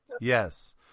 Yes